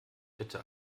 bitte